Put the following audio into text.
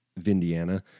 Vindiana